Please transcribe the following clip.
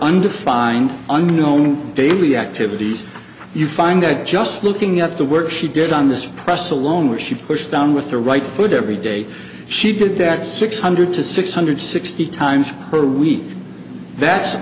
for find unknown daily activities you find out just looking at the work she did on this press alone where she pushed down with the right food every day she did that six hundred to six hundred sixty times per week that's